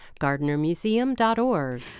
GardnerMuseum.org